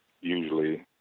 usually